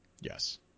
Yes